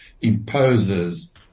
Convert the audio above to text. imposes